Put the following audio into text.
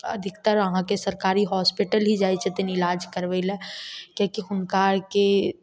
अधिकतर आहाँके सरकारी हॉस्पिटल ही जाय छथिन इलाज करबै लए किएकी हुनका आरके